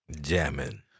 jamming